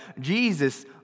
Jesus